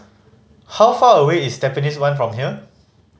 how far away is Tampines One from here